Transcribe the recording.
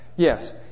Yes